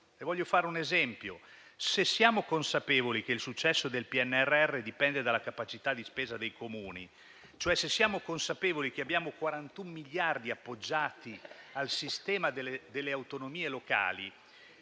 se siamo consapevoli che il successo del PNRR dipende dalla capacità di spesa dei Comuni, cioè se siamo consapevoli di avere 41 miliardi appoggiati al sistema delle autonomie locali,